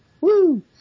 Woo